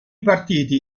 partiti